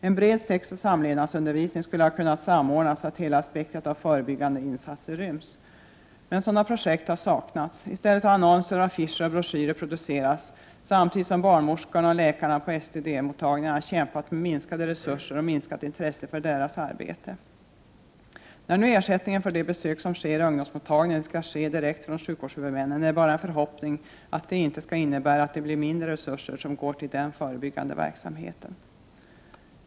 En bred sexoch samlevnadsundervisning skulle ha kunnat samordnas, så att hela spektrumet av förebyggande insatser hade rymts. Men sådana projekt har saknats. I stället har annonser, affischer och broschyrer producerats, samtidigt som barnmorskorna och läkarna på STD-mottagningarna kämpat med minskande resurser och med minskat intresse för deras arbete. När nu ersättningen för de besök som sker på ungdomsmottagningarna skall komma direkt från sjukvårdshuvudmännen, är det bara en förhoppning att det inte skall innebära att mindre resurser går till den förebyggande verksamheten.